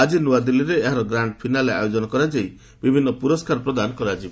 ଆଜି ନୂଆଦିଲ୍ଲୀରେ ଏହାର ଗ୍ରାଣ୍ଡ ଫିନାଲେ ଆୟୋଜନ କରାଯାଇ ବିଭିନ୍ନ ପୁରସ୍କାର ପ୍ରଦାନ କରାଯିବ